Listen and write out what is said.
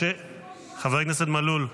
חבר הכנסת מלול.